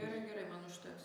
gerai gerai man užteks